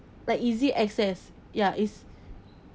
like easy access ya is